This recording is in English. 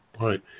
right